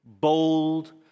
Bold